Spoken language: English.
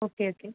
okay okay